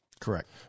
Correct